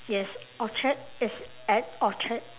yes orchard it's at orchard